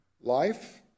life